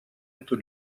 эту